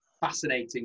fascinating